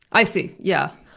i see, yeah.